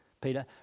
Peter